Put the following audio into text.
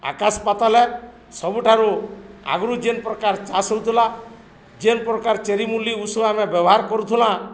ଆକାଶ ପାାତଲରେ ସବୁଠାରୁ ଆଗରୁ ଯେନ୍ ପ୍ରକାର ଚାଷ୍ ହଉଥିଲା ଯେନ୍ ପ୍ରକାର ଚେରି ମୂଲି ଉଷୁ ଆମେ ବ୍ୟବହାର କରୁୁଥିଲା